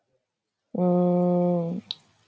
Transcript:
mm